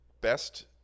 best